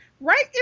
right